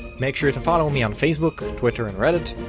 make sure to follow me on facebook, twitter and reddit,